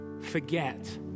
forget